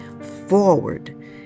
forward